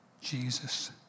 Jesus